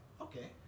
Okay